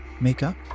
makeup